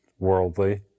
Worldly